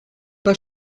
pas